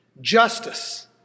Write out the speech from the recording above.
justice